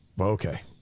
okay